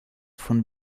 von